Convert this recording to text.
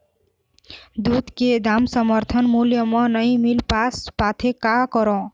दूध के दाम समर्थन मूल्य म नई मील पास पाथे, का करों?